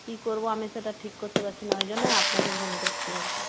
কী করব আমি সেটা ঠিক করতে পারছি না ওই জন্যই আপনাকে ফোন করছি আর কি